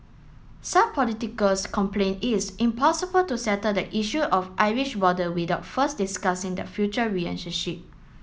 some politicals complained it's impossible to settle the issue of Irish border without first discussing the future relationship